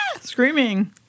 Screaming